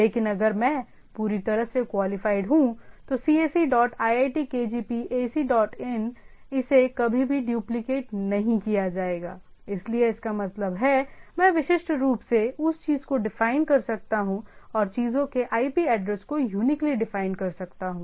लेकिन अगर मैं पूरी तरह से क्वालिफाइड हूं तो cse dot iitkgp AC dot in इसे कभी भी डुप्लिकेट नहीं किया जाएगा इसलिए इसका मतलब है मैं विशिष्ट रूप से उस चीज को डिफाइंड कर सकता हूं और चीजों के IP एड्रेस को यूनिकली डिफाइंड कर सकता हूं